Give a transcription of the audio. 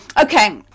Okay